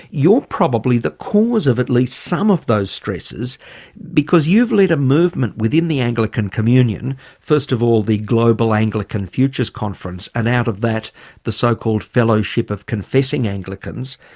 you're probably the cause of at least some of those stresses because you've led a movement within the anglican communion first of all the global anglican future conference and out of that the so-called fellowship of confessing anglicans,